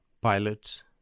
pilots